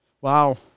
Wow